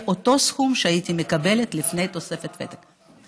אותו סכום שהייתי מקבלת לפני תוספת ותק.